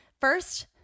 first